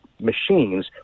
machines